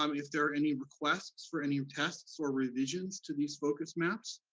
um if there are any requests for any tests or revisions to these focus maps,